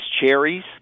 cherries